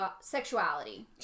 sexuality